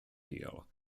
deal